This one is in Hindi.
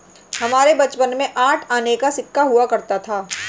हमारे बचपन में आठ आने का सिक्का हुआ करता था